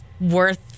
worth